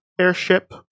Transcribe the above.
airship